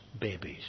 babies